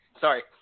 Sorry